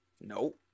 Nope